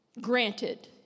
Granted